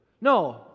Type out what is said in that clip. no